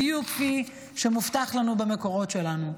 בדיוק כפי שמובטח לנו במקורות שלנו.